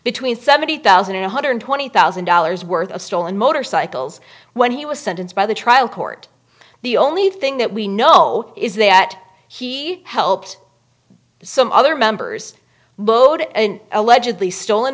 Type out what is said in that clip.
between seventy thousand and one hundred twenty thousand dollars worth of stolen motorcycles when he was sentenced by the trial court the only thing that we know is that he helped some other members boat and allegedly stolen